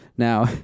Now